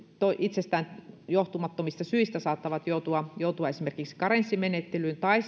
itsestään johtumattomista syistä saattavat joutua joutua esimerkiksi karenssimenettelyyn tai